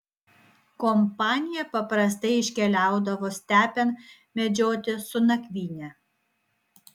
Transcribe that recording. kompanija paprastai iškeliaudavo stepėn medžioti su nakvyne